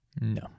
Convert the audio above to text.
No